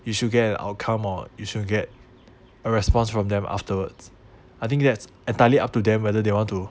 you should get an outcome or you should get a response from them afterwards I think that's entirely up to them whether they want to